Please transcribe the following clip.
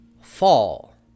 fall